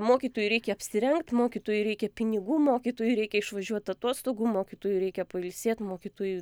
mokytojui reikia apsirengt mokytojui reikia pinigų mokytojui reikia išvažiuot atostogų mokytojui reikia pailsėt mokytojui